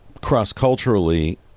cross-culturally